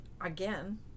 again